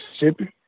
Mississippi